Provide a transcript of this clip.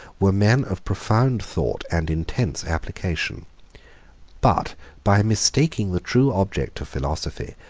were men of profound thought and intense application but by mistaking the true object of philosophy,